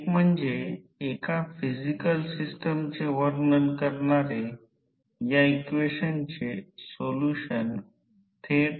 समजा एक गोष्ट अशी आहे की समजा ही ध्रुवीयता a 1 a 2 यासारखी नाही ती a 2 आहे येथे आहे